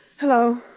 Hello